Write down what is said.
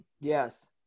yes